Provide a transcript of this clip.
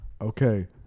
Okay